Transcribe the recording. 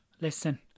Listen